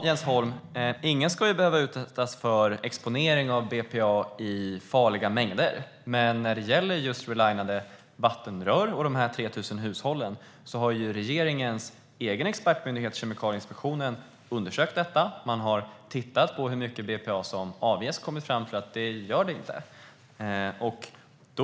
Herr talman! Ingen ska behöva utsättas för exponering av BPA i farliga mängder, Jens Holm. Men när det gäller relinade vattenrör och dessa 3 000 hushåll har regeringens egen expertmyndighet Kemikalieinspektionen undersökt det hela. De har tittat på hur mycket BPA som avges och kommit fram till att det inte handlar om några farliga mängder.